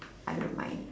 I don't mind